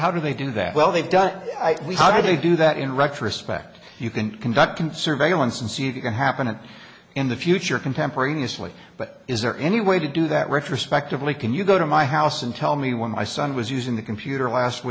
how do they do that well they've done how do they do that in retrospect you can conduct can survey once and see if you can happen in the future contemporaneously but is there any way to do that retrospective lee can you go to my house and tell me when my son was using the computer last